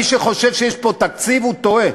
מי שחושב שיש פה תקציב, טועה.